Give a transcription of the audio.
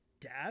Dad